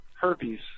herpes